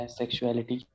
sexuality